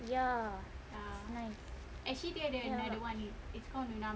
ya it's nice